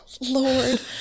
Lord